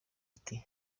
ati